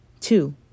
Two